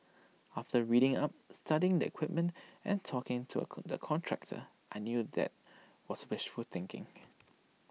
after reading up studying the equipment and talking to A the contractor I knew that was wishful thinking